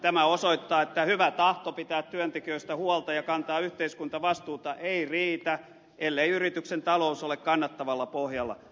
tämä osoittaa että hyvä tahto pitää työntekijöistä huolta ja kantaa yhteiskuntavastuuta ei riitä ellei yrityksen talous ole kannattavalla pohjalla